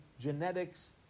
genetics